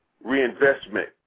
Reinvestment